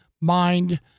mind